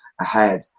ahead